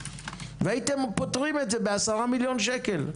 והייתם פותרים את זה ב-10 מיליון שקל.